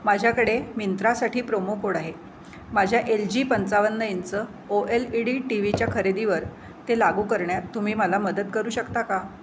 माझ्याकडे मिंत्रासाठी promo code आहे माझ्या एल जी पंचावन्न inch O L E D T व्हीच्या खरेदीवर ते लागू करण्यात तुम्ही मला मदत करू शकता का